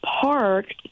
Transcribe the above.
parked